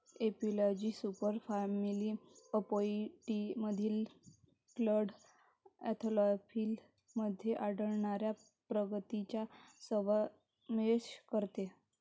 एपिलॉजी सुपरफॅमिली अपोइडियामधील clade Anthophila मध्ये आढळणाऱ्या प्रजातींचा समावेश करते